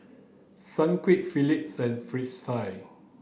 Sunquick Phillips and Fristine